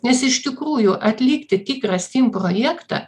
nes iš tikrųjų atlikti tikrą stim projektą